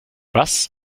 was